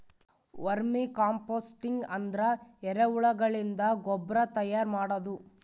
vermi composting ಅಂದ್ರ ಎರಿಹುಳಗಳಿಂದ ಗೊಬ್ರಾ ತೈಯಾರ್ ಮಾಡದು